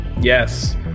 Yes